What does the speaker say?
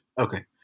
Okay